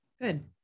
Good